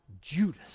Judas